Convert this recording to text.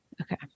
Okay